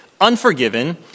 unforgiven